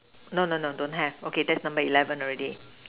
no no no don't have okay let's make eleven already